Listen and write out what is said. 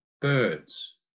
birds